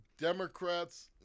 Democrats